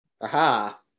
Aha